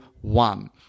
one